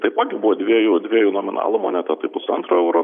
taipogi buvo dviejų dviejų nominalų moneta tai pusantro euro